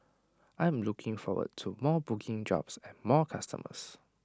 I'm looking forward to more booking jobs and more customers